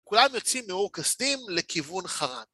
כולם יוצאים מאור כשדים לכיוון חרוד.